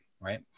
Right